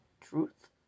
truth